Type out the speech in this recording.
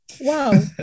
wow